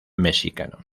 mexicano